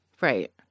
Right